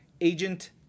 Agent